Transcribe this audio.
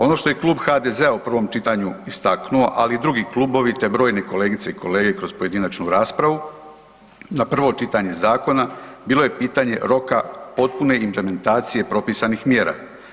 Ono što je Klub HDZ-a u prvom čitanju istaknuo, ali i drugi klubovi, te brojne kolegice i kolege kroz pojedinačnu raspravu na prvo čitanje zakona bilo je pitanje roka potpune implementacije propisanih mjera.